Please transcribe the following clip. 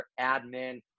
admin